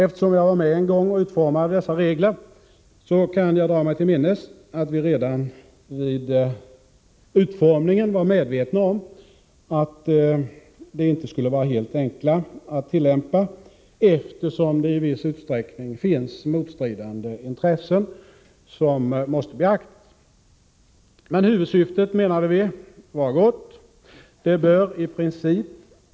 Eftersom jag var med och utformade dessa regler kan jag dra mig till minnes att vi redan i det läget var medvetna om att reglerna inte skulle vara helt enkla att tillämpa, då det i viss utsträckning finns motstridande intressen som måste beaktas. Men huvudsyftet var gott.